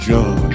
John